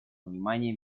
внимания